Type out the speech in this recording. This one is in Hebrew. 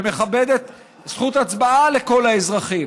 שמכבדת זכות הצבעה לכל האזרחים,